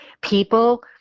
People